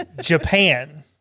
Japan